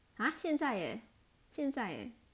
!huh! 现在吔现在吔